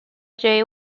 jay